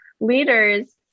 leaders